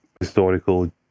historical